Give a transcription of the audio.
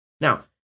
now